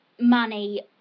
money